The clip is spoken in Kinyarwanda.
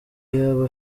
yaba